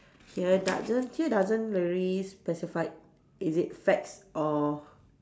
here doesn't here doesn't really specify is it facts or